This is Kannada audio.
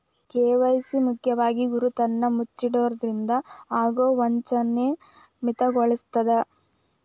ಕೆ.ವಾಯ್.ಸಿ ಮುಖ್ಯವಾಗಿ ಗುರುತನ್ನ ಮುಚ್ಚಿಡೊದ್ರಿಂದ ಆಗೊ ವಂಚನಿ ಮಿತಿಗೊಳಿಸ್ತದ